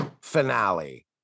finale